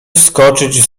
wskoczyć